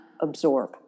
absorb